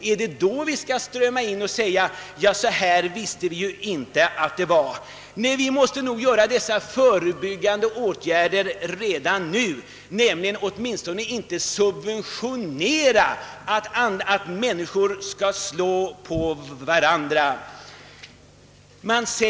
Skall vi då strömma till och säga: »Så här visste vi inte att det var?» Nej, vi måste nog vidta förebyggande åtgärder redan nu och åtminstone upphöra med att subventionera att människor slår varandra medvetslösa.